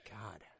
god